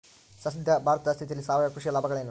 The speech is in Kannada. ಸದ್ಯ ಭಾರತದ ಸ್ಥಿತಿಯಲ್ಲಿ ಸಾವಯವ ಕೃಷಿಯ ಲಾಭಗಳೇನು?